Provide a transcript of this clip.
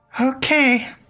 okay